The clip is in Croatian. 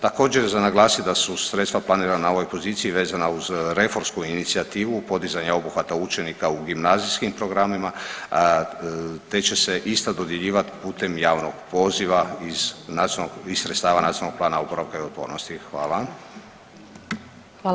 Također, za naglasiti da su sredstva planirana na ovoj poziciji vezana uz reformsku inicijativu podizanja obuhvata učenika u gimnazijskim programima te će se ista dodjeljivati putem javnog poziva iz nacionalnog, iz sredstava Nacionalnog plana oporavka i otpornosti, hvala.